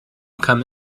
come